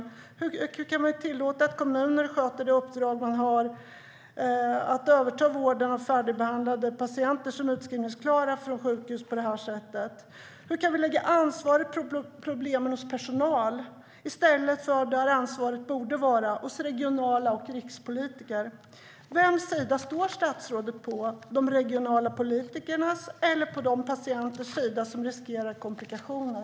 Hur kan man tillåta att kommuner sköter sitt uppdrag på det här sättet när det gäller att överta vården av färdigbehandlade patienter som är utskrivningsklara från sjukhus? Hur kan vi lägga ansvaret för problemen hos personalen i stället för hos regionala politiker och rikspolitiker, där ansvaret borde vara? På vems sida står statsrådet - de regionala politikernas eller de patienters som riskerar komplikationer?